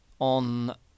on